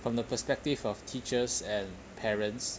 from the perspective of teachers and parents